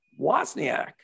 Wozniak